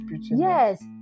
Yes